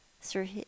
Sir